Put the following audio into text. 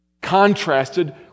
contrasted